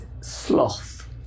sloth